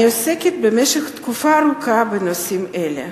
אני עוסקת במשך תקופה ארוכה בנושאים אלה.